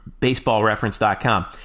Baseballreference.com